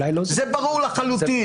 זה ברור לחלוטין.